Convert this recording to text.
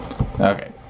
Okay